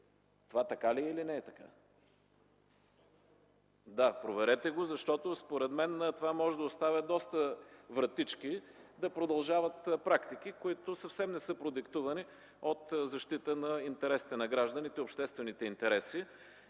Така е. ЯНАКИ СТОИЛОВ: Проверете го, защото според мен това може да оставя доста вратички да продължават практики, които съвсем не са продиктувани от защита интересите на гражданите, обществените интереси.